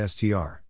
Str